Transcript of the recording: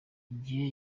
igihe